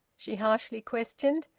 she harshly questioned.